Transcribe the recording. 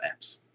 apps